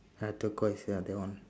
ah turquoise ah that one